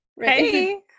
Hey